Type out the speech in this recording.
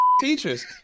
teachers